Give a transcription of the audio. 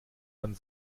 man